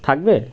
থাকবে